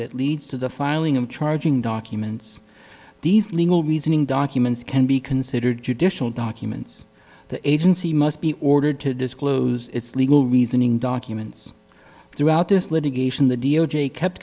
that leads to the filing of charging documents these legal reasoning documents can be considered judicial documents the agency must be ordered to disclose its legal reasoning documents throughout this litigation the d o j kept